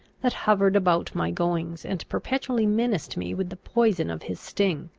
that hovered about my goings, and perpetually menaced me with the poison of his sting.